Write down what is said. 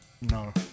No